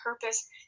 purpose